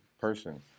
person